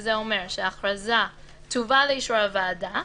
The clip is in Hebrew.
שזה אומר שהכרזה תובא לאישור הוועדה.